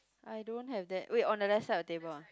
I don't have that wait on the left side of the table ah